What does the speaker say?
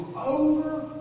over